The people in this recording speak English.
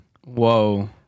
Whoa